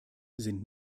sind